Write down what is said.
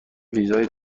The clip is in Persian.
ویزای